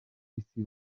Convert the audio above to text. isi